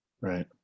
right